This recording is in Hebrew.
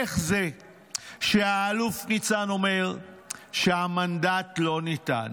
איך זה שהאלוף ניצן אומר שהמנדט לא ניתן